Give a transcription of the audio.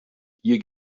hier